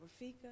Rafika